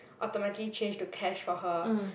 automatically change to cash for her